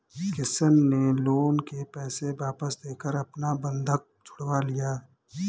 किशन ने लोन के पैसे वापस देकर अपना बंधक छुड़वा लिया